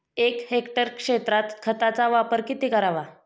एक हेक्टर क्षेत्रात खताचा वापर किती करावा?